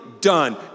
Done